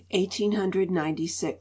1896